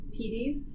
PDs